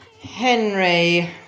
Henry